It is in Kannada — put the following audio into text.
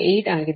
8 ಆಗಿದೆ